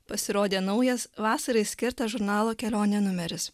pasirodė naujas vasarai skirtas žurnalo kelionė numeris